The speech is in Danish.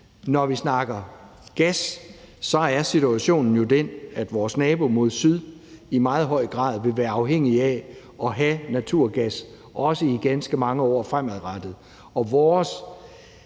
Når vi snakker gas, er situationen jo den, at vores nabo mod syd i meget høj grad vil være afhængig af at have naturgas også i ganske mange år fremadrettet.